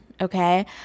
Okay